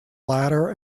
ladder